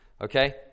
okay